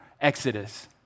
exodus